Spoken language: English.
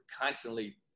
constantly